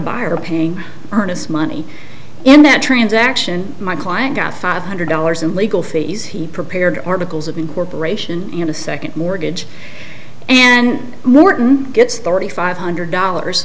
buyer paying earnest money in that transaction my client got five hundred dollars in legal fees he prepared articles of incorporation in a second mortgage and norton gets thirty five hundred dollars